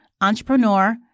entrepreneur